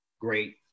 great